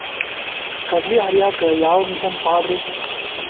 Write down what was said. ಕಡ್ಲಿ ಹರಿಯಾಕ ಯಾವ ಮಿಷನ್ ಪಾಡ್ರೇ?